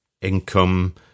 income